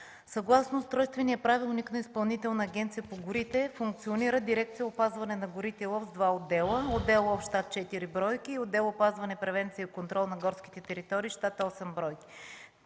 Съгласно Устройствения правилник на Изпълнителната Агенция по горите функционира Дирекция „Опазване на горите и лов” с два отдела: отдел „Лов” с щат 4 бройки и отдел „Опазване, превенция и контрол на горските територии” с щат 8 бройки.